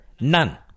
None